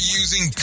using